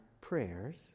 prayers